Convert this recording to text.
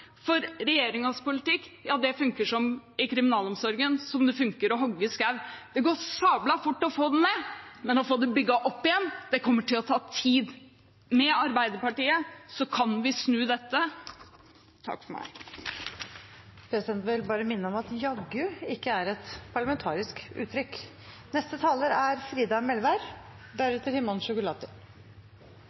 For regjeringens politikk funker i kriminalomsorgen som det funker å hogge skog. Det går sabla fort å få det ned, men å få bygd det opp igjen kommer til å ta tid. Med Arbeiderpartiet kan vi snu dette. Takk for meg. Presidenten vil minne om at «jaggu» ikke er et parlamentarisk uttrykk. Eg er